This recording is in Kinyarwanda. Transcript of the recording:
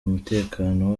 umutekano